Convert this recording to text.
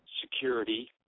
security